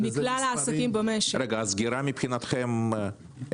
איך נמדדת הסגירה מבחינתכם?